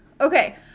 Okay